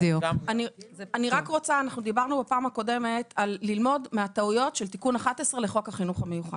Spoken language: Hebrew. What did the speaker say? בפעם הקודמת דיברנו על ללמוד מהטעויות של תיקון 11 לחוק החינוך המיוחד,